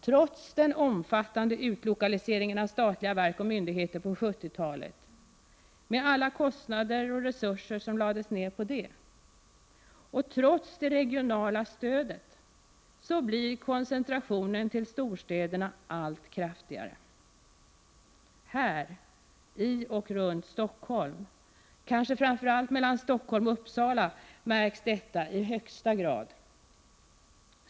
Trots den omfattande utlokaliseringen av statliga verk och myndigheter på 70-talet — med alla kostnader och resurser som lades ned på det — och trots det regionala stödet blir koncentrationen till storstäderna allt större. Här, i och runt Stockholm och kanske framför allt mellan Stockholm och Uppsala, märks detta i allra högsta grad.